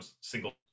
single